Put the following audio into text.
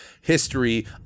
history